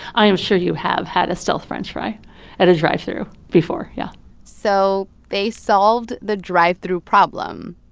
i'm sure you have had a stealth french fry at a drive-through before, yeah so they solved the drive-through problem.